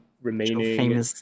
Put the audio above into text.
remaining